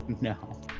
No